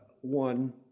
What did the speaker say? one